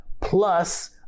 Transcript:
plus